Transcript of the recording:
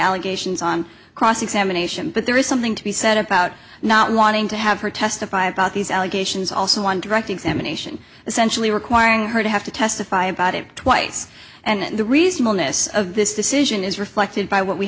allegations on cross examination but there is something to be said about not wanting to have her testify about these allegations also on direct examination essentially requiring her to have to testify about it twice and the reasonableness of this decision is reflected by what we